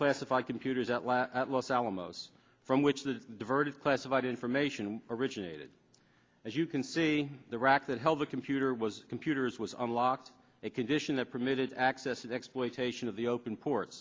classified computers at last at los alamos from which the diverted classified information originated as you can see the rack that held the computer was computers was unlocked a condition that permitted access to the exploitation of the open port